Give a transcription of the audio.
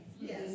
Yes